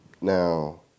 Now